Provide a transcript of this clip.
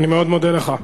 אני מאוד מודה לך.